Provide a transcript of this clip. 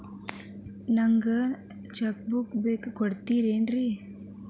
ನಂಗ cheque book ಬೇಕು ಕೊಡ್ತಿರೇನ್ರಿ?